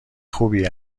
خوبی